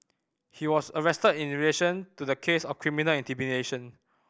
he was arrested in relation to the case of criminal intimidation